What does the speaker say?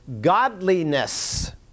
godliness